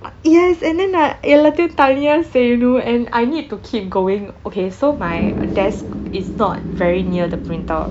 yes and then like எல்லாத்தையும் தனியா செய்யனும்:ellathaiyum thaniya seiyanum and I need to keep going okay so my desk is not very near the printer